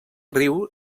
riu